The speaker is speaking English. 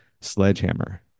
sledgehammer